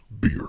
Beer